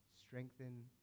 strengthen